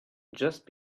just